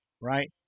right